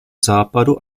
západu